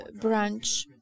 branch